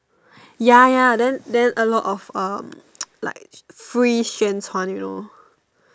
ya ya then then a lot of uh like free 宣传 you know